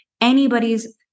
anybody's